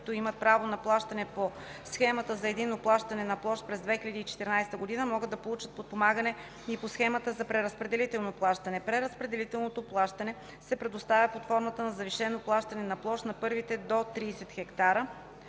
които имат право на плащане по Схемата за единно плащане на площ през 2014 г., могат да получат подпомагане и по Схемата за преразпределително плащане. Преразпределителното плащане се предоставя под формата на завишено плащане на площ за първите до 30 ха,